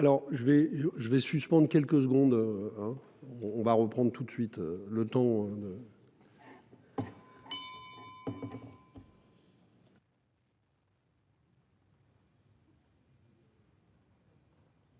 vais je vais suspendre quelques secondes hein. On va reprendre tout de suite le temps.